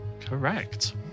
Correct